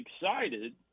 excited